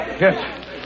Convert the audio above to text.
Yes